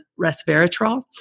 resveratrol